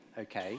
okay